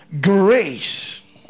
Grace